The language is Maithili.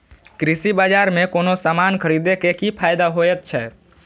कृषि बाजार में कोनो सामान खरीदे के कि फायदा होयत छै?